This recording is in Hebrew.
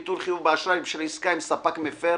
ביטול חיוב באשראי בשל עסקה עם ספק מפר),